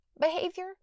behavior